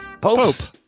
Popes